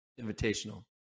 Invitational